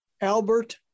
Albert